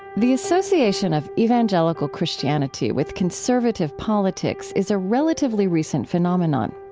the association of evangelical christianity with conservative politics is a relatively recent phenomenon.